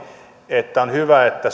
että on hyvä että